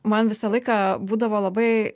man visą laiką būdavo labai